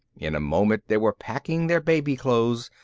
in a moment they were packing their baby clothes,